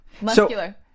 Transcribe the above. Muscular